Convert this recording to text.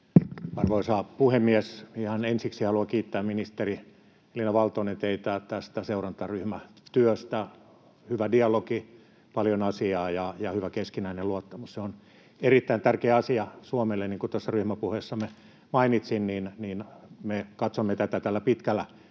Arvoisa puhemies! Ihan ensiksi haluan kiittää, ministeri Elina Valtonen, teitä tästä seurantaryhmätyöstä. Hyvä dialogi, paljon asiaa ja hyvä keskinäinen luottamus — se on erittäin tärkeä asia Suomelle. Niin kuin tuossa ryhmäpuheessamme mainitsin, me katsomme tätä tällä pitkällä